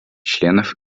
членов